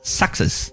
success